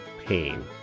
pain